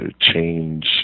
change